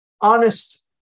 honest